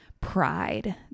pride